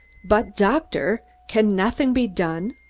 but, doctor, can nothing be done?